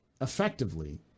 effectively